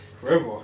Forever